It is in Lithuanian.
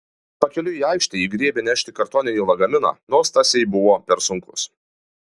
pakeliui į aikštę ji griebė nešti kartoninį lagaminą nors tas jai buvo per sunkus